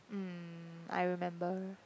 mm I remember